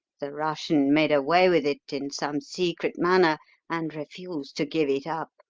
the russian made away with it in some secret manner and refused to give it up.